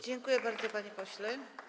Dziękuję bardzo, panie pośle.